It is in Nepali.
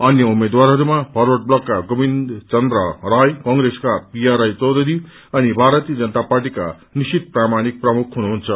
अन्य उम्मेद्वारहरूमा फरवर्ड ब्लकका गोविन्द चन्द्र राय कंग्रेसका पिया राय चौधरी अनि भारतीय जनता पार्टीका निशित प्रामाणिक प्रमुख हुनुहुन्छ